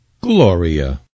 Gloria